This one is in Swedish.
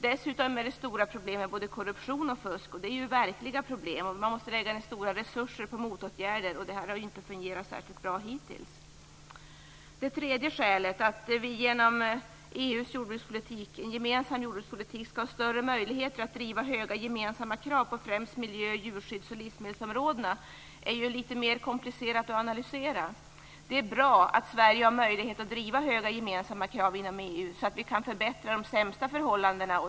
Dessutom är det stora problem med både korruption och fusk. Och det är verkliga problem. Och man måste tillföra stora resurser på motåtgärder, och detta har hittills inte fungerat särskilt bra. Det tredje motivet, att vi genom en gemensam jordbrukspolitik inom EU skall ha större möjligheter att ställa höga gemensamma krav på främst miljö-, djurskydds och livsmedelsområdena, är litet mer komplicerat att analysera. Det är bra att Sverige har möjlighet att driva på att det ställs höga gemensamma krav inom, så att vi kan förbättra de sämsta förhållandena.